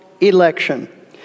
election